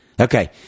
okay